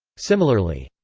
similarly,